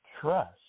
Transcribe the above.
Trust